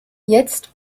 jetzt